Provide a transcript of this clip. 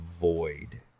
void